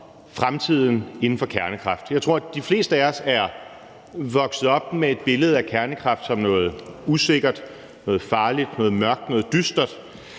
fremtiden inden for kernekraft. Jeg tror, de fleste af os er vokset op med et billede af kernekraft som noget usikkert, noget farligt, noget mørkt, noget dystert.